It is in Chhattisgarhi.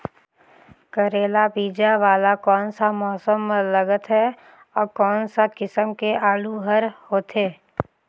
करेला बीजा वाला कोन सा मौसम म लगथे अउ कोन सा किसम के आलू हर होथे?